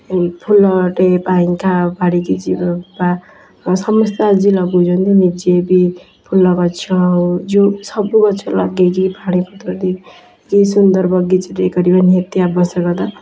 ଏ ଫୁଲଟେ ପାଇଁକା ବାଡ଼ିକି ଯିବା ସମସ୍ତେ ଆଜି ଲଗାଉଛନ୍ତି ନିଜେ ବି ଫୁଲଗଛ ଆଉ ଯେଉଁ ସବୁଗଛ ଲଗେଇ କି ପାଣି ପତ୍ର ଦେଇ ସୁନ୍ଦର ବଗିଚାଟେ କରିବା ନିହାତି ଆବଶ୍ୟକତା